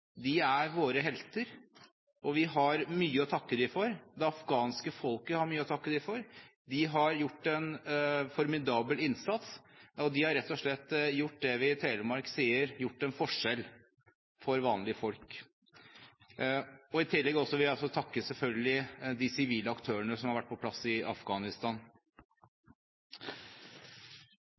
De er våre helter, og vi har mye å takke dem for. Det afghanske folket har mye å takke dem for, de har gjort en formidabel innsats, og de har rett og slett gjort det vi i Telemark kaller en forskjell for vanlige folk. I tillegg vil jeg selvfølgelig også takke de sivile aktørene som har vært på plass i Afghanistan.